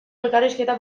elkarrizketa